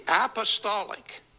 apostolic